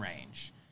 range